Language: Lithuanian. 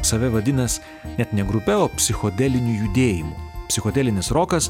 save vadinas net ne grupe o psichodeliniu judėjimu psichodelinis rokas